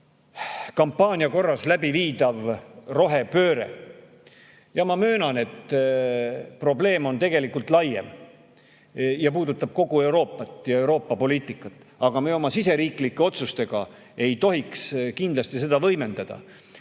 kampaania korras läbi viidav rohepööre. Ma möönan, et probleem on tegelikult laiem ja puudutab kogu Euroopat ja Euroopa poliitikat, aga meie oma siseriiklike otsustega ei tohiks kindlasti seda võimendada.